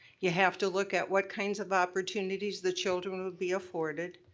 you have to look at what kinds of opportunities the children would be afforded.